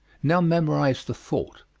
now memorize the thought.